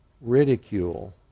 Ridicule